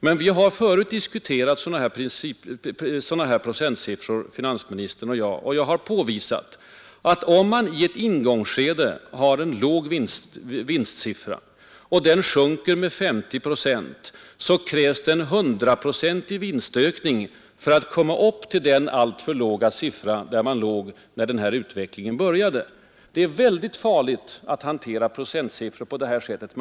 Men vi har förut diskuterat sådana här procentsiffror, finansministern och jag, och jag har då påvisat att om man i ett ingångsskede har en alltför låg vinstnivå och den sedan sjunker med 50 procent, då krävs det en 100-procentig vinstökning för att man skall komma upp till den alltför låga siffra där man låg när den här utvecklingen började. Det är väldigt farligt att hantera procentsiffror på det sätt finansministern gör.